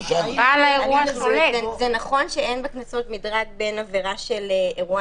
זה נכון שאין בקנסות מדרג בין עבירה של אירוע